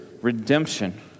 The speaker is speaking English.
redemption